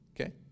Okay